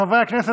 חברי הכנסת,